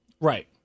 Right